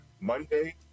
Monday